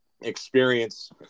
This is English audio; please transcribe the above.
experience